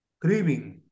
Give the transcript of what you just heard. grieving